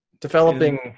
developing